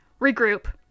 regroup